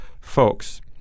Folks